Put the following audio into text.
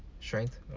strength